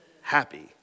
happy